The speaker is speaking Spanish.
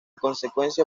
consecuencia